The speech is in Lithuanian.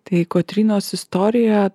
tai kotrynos istorija